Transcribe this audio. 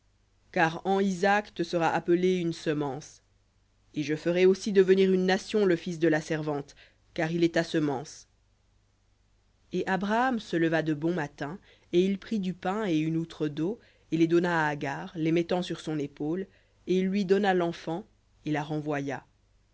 car en isaac te sera appelée semence et je ferai aussi devenir une nation le fils de la servante car il est ta semence et abraham se leva de bon matin et il prit du pain et une outre d'eau et les donna à agar les mettant sur son épaule et l'enfant et la renvoya